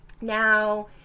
now